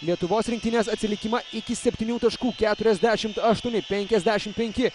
lietuvos rinktinės atsilikimą iki septynių taškų keturiasdešim aštuoni penkiasdešim penki